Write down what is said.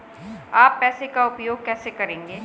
आप पैसे का उपयोग कैसे करेंगे?